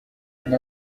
d’une